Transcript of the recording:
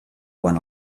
quan